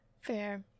Fair